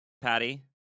Patty